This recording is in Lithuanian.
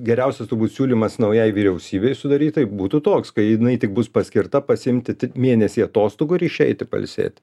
geriausias turbūt siūlymas naujai vyriausybei sudarytai būtų toks kai jinai tik bus paskirta pasiimti ti mėnesį atostogų ir išeiti pailsėti